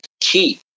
key